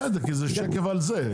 כי זה שקף על זה.